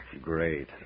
Great